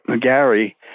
Gary